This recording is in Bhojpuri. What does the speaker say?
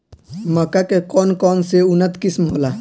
मक्का के कौन कौनसे उन्नत किस्म होला?